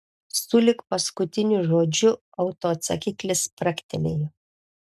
sulig paskutiniu žodžiu autoatsakiklis spragtelėjo